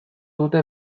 dute